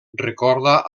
recorda